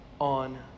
on